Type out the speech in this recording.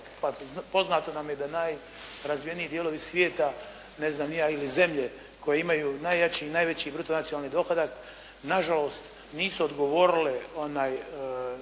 poznato nam je da najrazvijeniji dijelovi svijeta, ne znam ni ja ili zemlje koje imaju najjači i najveći bruto nacionalni dohodak na žalost nisu odgovorile na